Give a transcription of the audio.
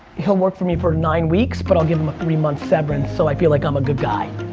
he'll work for me for nine weeks but i'll give him a three months severance so i feel like i'm a good guy.